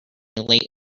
late